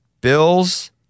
Bills